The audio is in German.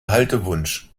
haltewunsch